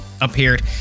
appeared